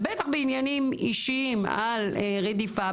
ובטח בעניינים אישיים על רדיפה,